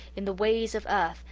in the ways of earth,